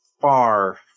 far